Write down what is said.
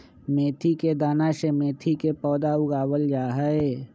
मेथी के दाना से मेथी के पौधा उगावल जाहई